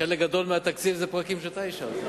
חלק גדול מהתקציב זה פרקים שאתה אישרת.